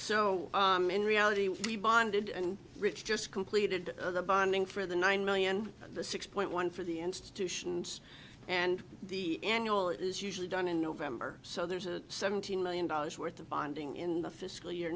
so in reality we bonded and rich just completed the binding for the nine million and the six point one for the institutions and the annual is usually done in november so there's a seventeen million dollars worth of bonding in the fiscal y